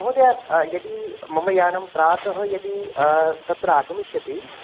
महोदये यदि मम यानं प्रातः यदि तत्र आगमिष्यति